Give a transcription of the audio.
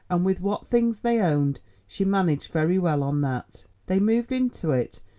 and with what things they owned she managed very well on that. they moved into it,